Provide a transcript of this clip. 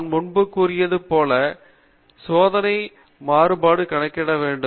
நான் முன்பு கூறியது போல பரிசோதனை டேட்டா உள்ள மாறுபாடு கணக்கிட வேண்டும்